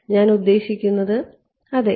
ഞാൻ ഉദ്ദേശിക്കുന്നത് അതെ